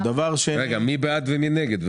מי בעד ומי נגד?